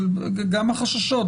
אבל גם החששות.